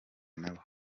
nabo